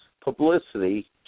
publicity